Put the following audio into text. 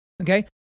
okay